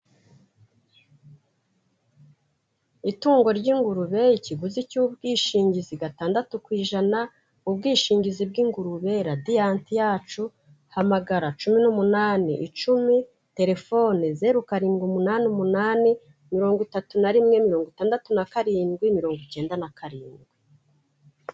Itungo ry'ingurube ikiguzi cy'ubwishingizi gatandatu ku ijana, ubwishingizi bw'ingurube, Radiant yacu, hamagana cumi n'umunani icumi telefone zeru, karindwi, umunani, umunani, mirongo itatu nari rimwe, mirongo itandatu na karindwi, mirongo icyenda na karindwi.